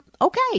okay